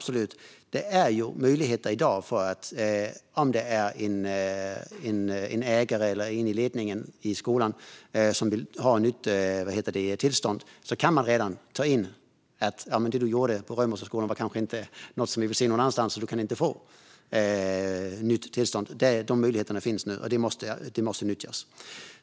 Om det är en ägare eller någon i skolans ledning som vill ha nytt tillstånd kan man i dag säga att "det du gjorde på Römosseskolan var kanske inte något som vi vill se någon annanstans, så du kan inte få nytt tillstånd". De möjligheterna finns nu, och de måste nyttjas.